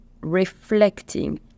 reflecting